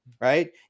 right